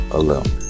alone